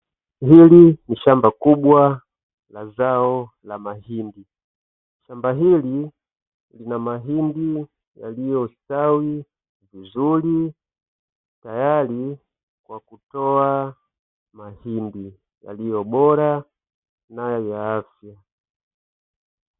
Hili ni shamba kubwa la zao la mahindi, shamba hili lina mahindi yaliyostawi vizuri tayari kwa kutoa mahindi yaliyobora na yenye afya.